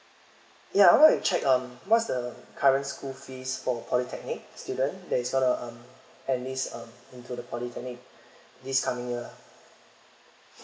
ya I wanna check um what's the current school fees for polytechnic student that's gonna um enlist um into the polytechnic this coming year